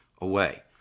away